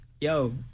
Yo